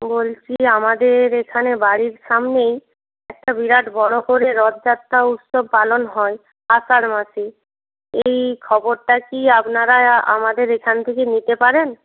বলছি আমাদের এখানে বাড়ির সামনেই একটা বিরাট বড় করে রথযাত্রা উৎসব পালন হয় আষাঢ় মাসে এই খবরটা কি আপনারা আমাদের এখান থেকে নিতে পারেন